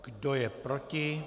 Kdo je proti?